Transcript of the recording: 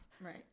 Right